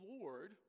Lord